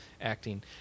acting